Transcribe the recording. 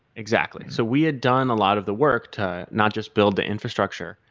exactly. so we had done a lot of the work to not just build the infrastructure,